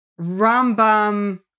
Rambam